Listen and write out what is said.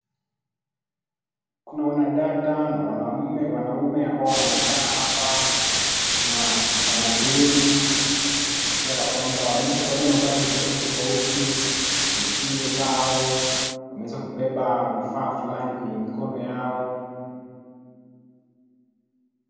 Kuna wanadada na wanamme, wanaume ambao wanaonekana hapa na kitamaduni. Ishara ya kwamba wameweza kuvalia mavazi tofauti tofauti kwenye shingo zao. Wameweza kubeba vifaa flani kwenye mikono yao.